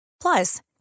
Plus